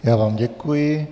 Já vám děkuji.